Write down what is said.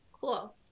Cool